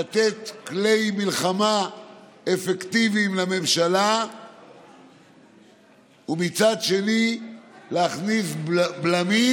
לתת כלי מלחמה אפקטיביים לממשלה ומצד שני להכניס בלמים,